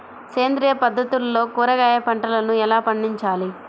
సేంద్రియ పద్ధతుల్లో కూరగాయ పంటలను ఎలా పండించాలి?